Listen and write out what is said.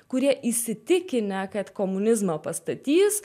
kurie įsitikinę kad komunizmą pastatys